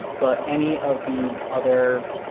but any of these other